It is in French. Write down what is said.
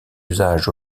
usage